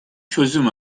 çözüm